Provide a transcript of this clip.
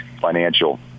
financial